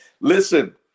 listen